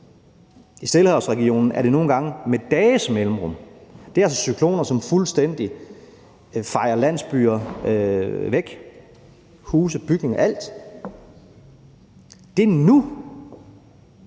I Stillehavsregionen er det nogle gange med dages mellemrum. Det er altså cykloner, som fuldstændig fejer landsbyer, huse, bygninger – alt – væk. Det sker nu,